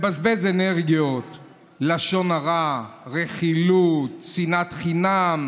הגדולות על כתבי האישום החמורים של נתניהו,